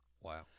Wow